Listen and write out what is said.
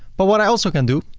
but what i also can do,